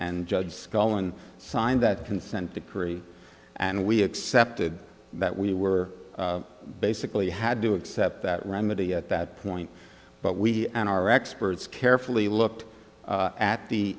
and judge scotland signed that consent decree and we accepted that we were basically had to accept that remedy at that point but we and our experts carefully looked at the